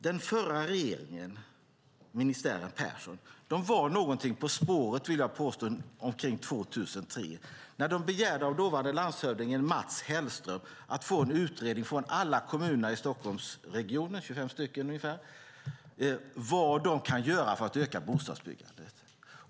Den förra regeringen, ministären Persson, var någonting på spåret, vill jag påstå, omkring 2003, när de begärde av dåvarande landshövdingen Mats Hellström att få en utredning från alla kommuner i Stockholmsregionen, ungefär 25 stycken, om vad de kunde göra för att öka bostadsbyggandet.